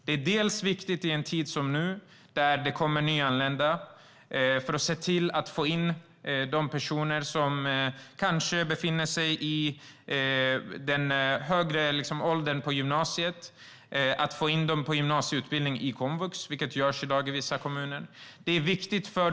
Det är viktigt i en tid som denna, när det kommer nyanlända, för att få in de personer som kanske är i den övre åldern för gymnasiet på gymnasieutbildning i komvux, vilket görs i vissa kommuner i dag.